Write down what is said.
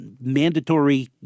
mandatory